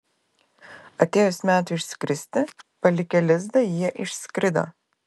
atėjus metui išskristi palikę lizdą jie išskrido